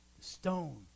stone